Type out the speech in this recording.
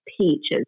peaches